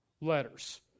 Letters